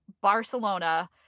Barcelona